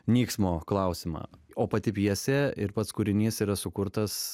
nyksmo klausimą o pati pjesė ir pats kūrinys yra sukurtas